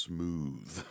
Smooth